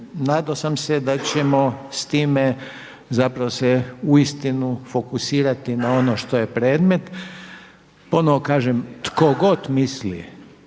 nadao sam se da ćemo s time zapravo se uistinu fokusirati na ono što je predmet. Ono kažem tko god misli